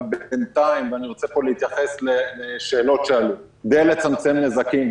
אבל בינתיים ואני רוצה להתייחס פה לשאלות שעלו כדי לצמצם נזקים,